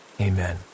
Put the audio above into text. amen